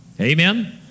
Amen